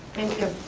thank you.